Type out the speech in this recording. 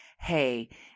hey